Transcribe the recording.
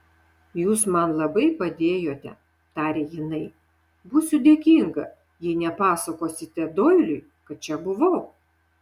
jūs man labai padėjote tarė jinai būsiu dėkinga jei nepasakosite doiliui kad čia buvau